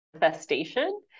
manifestation